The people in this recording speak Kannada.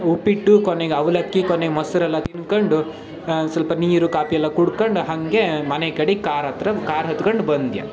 ಉಪ್ಪಿಟ್ಟು ಕೊನೆಗೆ ಅವಲಕ್ಕಿ ಕೊನೆಗೆ ಮೊಸರೆಲ್ಲ ತಿನ್ಕೊಂಡು ಸ್ವಲ್ಪ ನೀರು ಕಾಪಿಯೆಲ್ಲ ಕುಡ್ಕಂಡು ಹಾಗೆ ಮನೆ ಕಡಿಕ್ ಕಾರ್ ಹತ್ತಿರ ಕಾರ್ ಹತ್ಗಂಡು ಬಂದ್ಯ